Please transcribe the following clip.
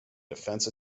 defense